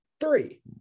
Three